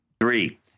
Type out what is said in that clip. Three